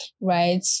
right